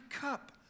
cup